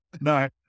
No